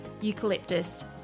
Eucalyptus